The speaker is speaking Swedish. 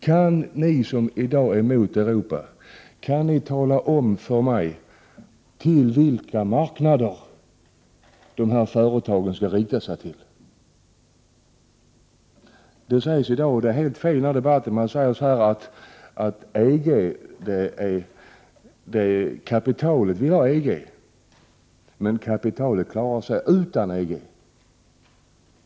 Kan ni som i dag är emot detta Europasamarbete tala om för mig till vilka marknader dessa företag skall rikta sig? Det sägs i dag i denna debatt, vilket är helt fel, att kapitalet vill ha ett EG-samarbete. Men kapitalet klarar sig utan EG.